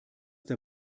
der